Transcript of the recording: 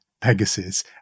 Pegasus